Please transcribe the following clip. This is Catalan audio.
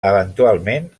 eventualment